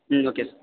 ம் okay sir